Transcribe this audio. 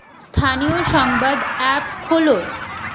স্থানীয় সংবাদ অ্যাপ খোলো